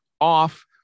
off